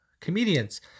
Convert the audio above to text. Comedians